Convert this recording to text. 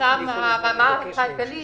ששם הרמה הכלכלית